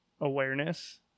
awareness